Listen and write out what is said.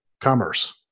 commerce